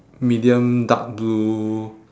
medium dark blue